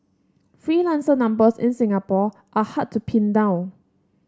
freelancer numbers in Singapore are hard to pin down